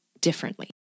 differently